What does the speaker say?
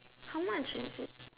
how much is it